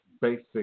basic